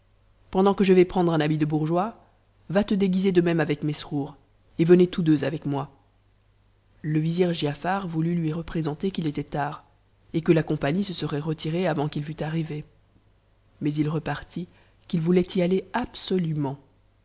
pendant que je vais prendre unhmtde bourgeois va le déguiser de même avecmesrour et venez tons deux avec moi le vizir giafar voulut lui représenter qu'il était tard t que la compagnie se serait retirée avant qu'il fût arrivé mais il partit qu'il voulait y aller absolument